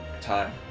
time